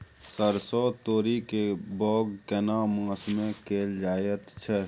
सरसो, तोरी के बौग केना मास में कैल जायत छै?